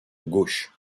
gauche